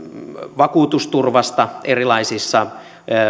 vakuutusturvasta erilaisissa